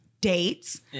dates